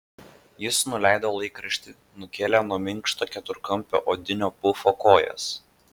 jis nuleido laikraštį nukėlė nuo minkšto keturkampio odinio pufo kojas